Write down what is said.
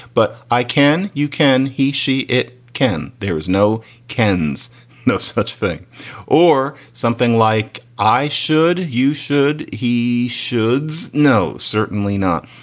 but i can you can he she it can. there is no kans no such thing or something like i should. you should. he should. no certainly not.